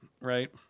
right